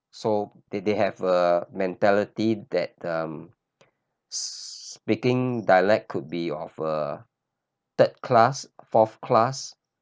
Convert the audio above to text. so they they have a mentality that um speaking dialect could be of a third class fourth class